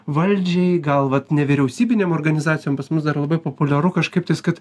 valdžiai gal vat nevyriausybinėm organizacijom pas mus dar labai populiaru kažkaiptais kad